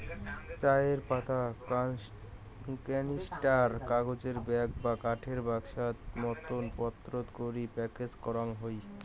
চায়ের পাতা ক্যানিস্টার, কাগজের ব্যাগ বা কাঠের বাক্সোর মতন পাত্রত করি প্যাকেজ করাং হই